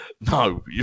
No